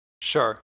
Sure